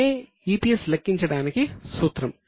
ఇదే EPS లెక్కించడానికి సూత్రం